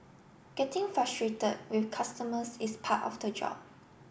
getting frustrated with customers is part of the job